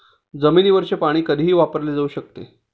जमिनीवरचे पाणी कधीही वापरले जाऊ शकते